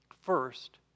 first